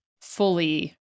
fully